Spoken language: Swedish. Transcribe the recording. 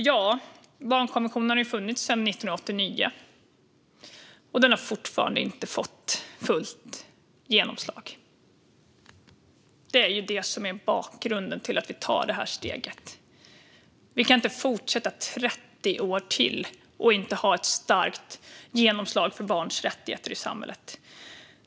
Ja, barnkonventionen har funnits sedan 1989, och den har fortfarande inte fått fullt genomslag. Det är det som är bakgrunden till att vi tar det här steget. Vi kan inte fortsätta 30 år till utan att få starkt genomslag för barns rättigheter i samhället.